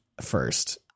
first